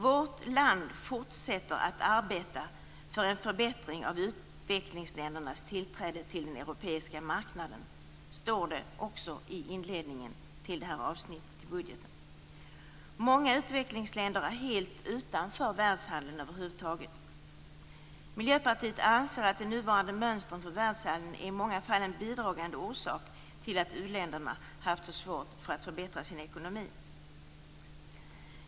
Vårt land fortsätter att arbeta för en förbättring av utvecklingsländernas tillträde till den europeiska marknaden, står det också i inledningen till detta avsnitt i budgeten. Många utvecklingsländer är helt utanför världshandeln över huvud taget. Miljöpartiet anser att de nuvarande mönstren för världshandeln i många fall är en bidragande orsak till att u-länderna har haft svårt att förbättra sin ekonomi.